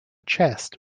chest